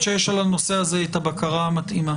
שיש על הנושא הזה את הבקרה המתאימה.